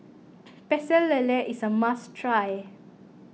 Pecel Lele is a must try